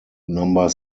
number